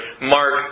mark